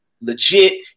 legit